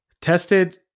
Tested